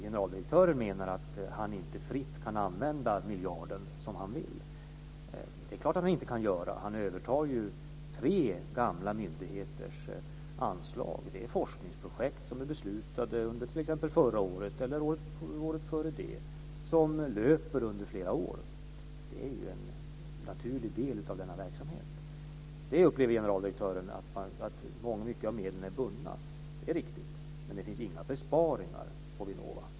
Generaldirektören menar att han inte fritt kan använda miljarden som han vill. Det är klart att han inte kan göra det. Han övertar ju tre gamla myndigheters anslag. Det är forskningsprojekt som är beslutade under t.ex. förra året eller året dessförinnan och som löper under flera år. Det är ju en naturlig del av denna verksamhet. Detta upplever generaldirektören som att mycket av medlen är bundna. Det är riktigt. Men det finns inga besparingar på Vinnova.